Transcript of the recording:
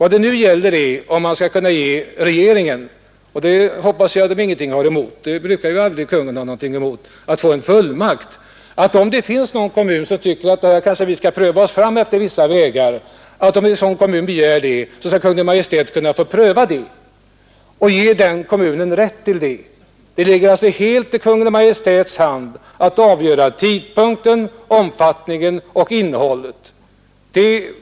I motionen nr 1556 yrkas att Kungl. Maj:t skall ges fullmakt att efter särskild framställning medge kommun, som vill pröva sig fram efter vissa vägar, att tillämpa särskild form för utbetalning av bostadstillägg. Det skall alltså ligga helt i Kungl. Maj:ts hand att avgöra tidpunkten, omfattningen och innehållet i ett sådant tillstånd.